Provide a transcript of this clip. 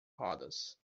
rodas